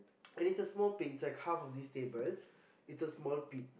and it's a small pit it's like half of this table it's a small pit